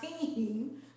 team